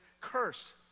cursed